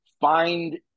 find